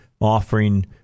offering